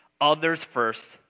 others-first